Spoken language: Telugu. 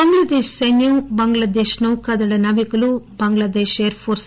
బంగ్లాదేశ్ సైన్యం బంగ్లాదేశ్ నౌకాదళ నావికులు బంగ్లాదేశ్ ఎయిర్ఫోర్స్